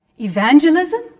evangelism